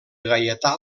gaietà